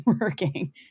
working